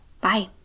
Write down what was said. Bye